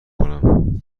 کنم